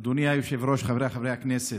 אדוני היושב-ראש, חבריי חברי הכנסת,